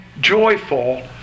joyful